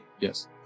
Yes